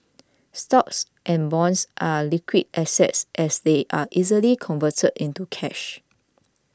stocks and bonds are liquid assets as they are easily converted into cash